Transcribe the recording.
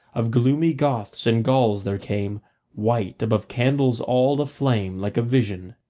of gloomy goths and gauls there came white, above candles all aflame, like a vision,